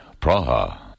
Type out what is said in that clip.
Praha